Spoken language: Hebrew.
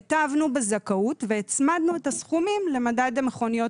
הטבנו בזכאות והצמדנו את הסכומים למדד המכוניות